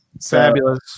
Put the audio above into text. fabulous